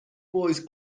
boys